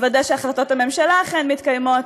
לוודא שהחלטות הממשלה אכן מתקיימות,